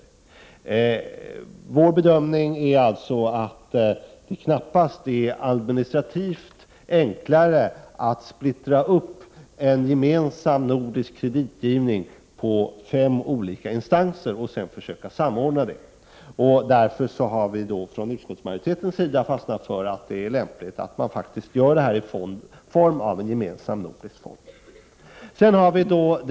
Utskottsmajoritetens bedömning är alltså att det knappast är administrativt enklare att splittra upp en gemensam nordisk kreditgivning på fem olika instanser och sedan försöka samordna det. Därför har vi fastnat för att det är lämpligt att göra detta i form av en gemensam nordisk fond.